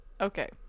Okay